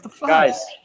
guys